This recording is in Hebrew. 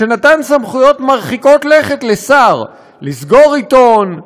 שנתן סמכויות מרחיקות לכת לשר לסגור עיתון,